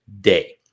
day